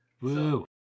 Woo